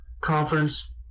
conference